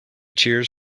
cheers